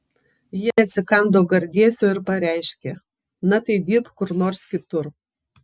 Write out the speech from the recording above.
ji atsikando gardėsio ir pareiškė na tai dirbk kur nors kitur